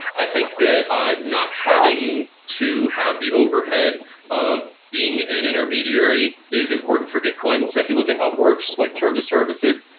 i think that ah not having to have the overhead of being an intermediary is important for gitcoin so if you look at upwork, it's like term to service it,